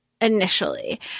initially